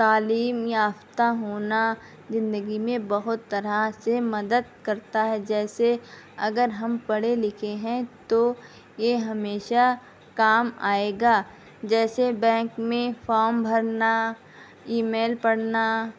تعلیم یافتہ ہونا زندگی میں بہت طرح سے مدد کرتا ہے جیسے اگر ہم پڑھے لکھے ہیں تو یہ ہمیشہ کام آئے گا جیسے بینک میں فام بھرنا ای میل پڑھنا